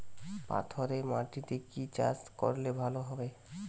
পাথরে মাটিতে কি চাষ করলে ভালো হবে?